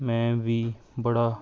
ਮੈਂ ਵੀ ਬੜਾ